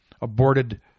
aborted